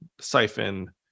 siphon